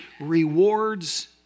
rewards